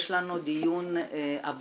יש לנו את הדיון הבא,